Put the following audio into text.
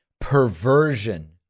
perversion